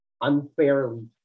unfairly